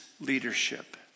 leadership